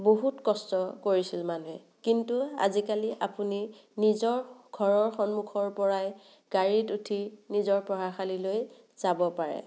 বহুত কষ্ট কৰিছিল মানুহে কিন্তু আজিকালি আপুনি নিজৰ ঘৰৰ সন্মুখৰ পৰাই গাড়ীত উঠি নিজৰ পঢ়াশালীলৈ যাব পাৰে